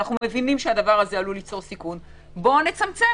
אנו מבינים שזה עלול ליצור סיכון - בואו נצמצם.